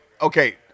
okay